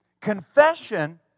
Confession